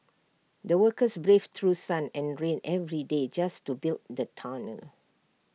the workers braved through sun and rain every day just to build the tunnel